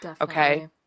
okay